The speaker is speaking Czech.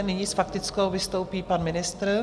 Nyní s faktickou vystoupí pan ministr.